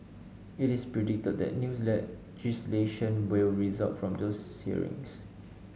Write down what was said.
it is predicted that news legislation will result from these hearings